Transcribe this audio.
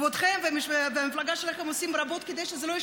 כבודכם והמפלגה שלכם עושים רבות כדי שזה לא ישתנה,